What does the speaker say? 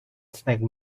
snagged